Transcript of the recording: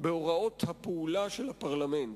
בהוראות הפעולה של הפרלמנט.